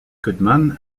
goodman